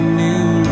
new